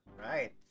Right